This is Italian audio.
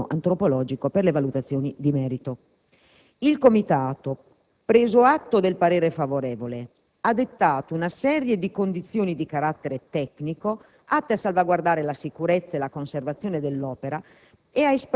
ed etno-antroplogico per le valutazioni di merito. Il Comitato, preso atto del parere favorevole, ha dettato una serie di condizioni di carattere tecnico atte a salvaguardare la sicurezza e la conservazione dell'opera